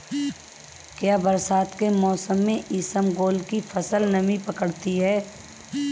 क्या बरसात के मौसम में इसबगोल की फसल नमी पकड़ती है?